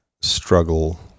struggle